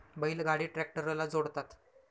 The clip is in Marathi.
बैल गाडी ट्रॅक्टरला जोडतात